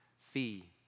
fee